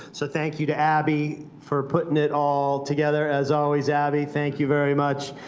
so thank you to abby for putting it all together as always. abby, thank you very much,